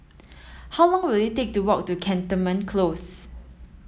how long will it take to walk to Cantonment Close